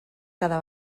cada